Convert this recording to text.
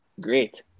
great